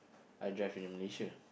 I drive in uh Malaysia